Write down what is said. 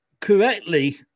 correctly